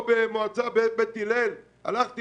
איך אתה